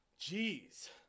Jeez